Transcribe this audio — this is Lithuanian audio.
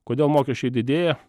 kodėl mokesčiai didėja